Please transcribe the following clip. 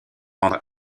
rendre